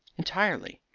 entirely.